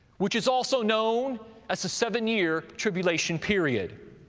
which is also known as the seven-year tribulation period.